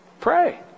Pray